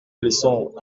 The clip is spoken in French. leçon